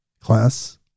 Class